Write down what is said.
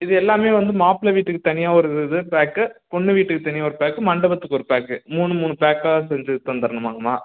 இது எல்லாமே வந்து மாப்பிள வீட்டுக்கு தனியாக ஒரு இது பேக்கு பொண்ணு வீட்டுக்கு தனியாக ஒரு பேக்கு மண்டபத்துக்கு ஒரு பேக்கு மூணு மூணு பேக்காக செஞ்சு தந்துடணுமாங்கம்மா